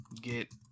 get